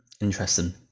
interesting